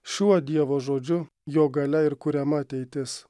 šiuo dievo žodžiu jo galia ir kuriama ateitis